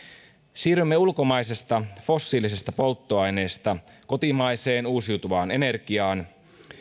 siirrymme ulkomaisesta fossiilisesta polttoaineesta kotimaiseen uusiutuvaan energiaan